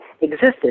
existed